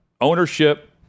ownership